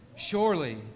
Surely